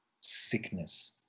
sickness